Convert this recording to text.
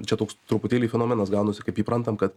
čia toks truputėlį fenomenas gaunasi kaip įprantam kad